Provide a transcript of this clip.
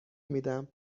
میدم